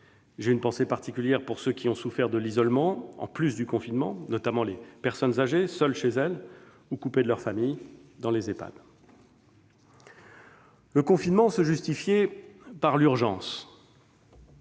J'ai une pensée particulière pour ceux qui ont souffert de l'isolement en plus du confinement, notamment les personnes âgées seules chez elles ou coupées de leur famille dans les établissements d'hébergement pour personnes